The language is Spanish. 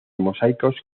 mosaicos